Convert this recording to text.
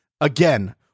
Again